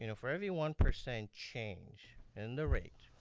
you know for every one percent change in the rate,